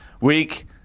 Week